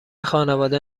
خانواده